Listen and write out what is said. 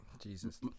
jesus